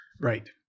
Right